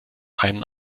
einen